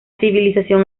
civilización